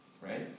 right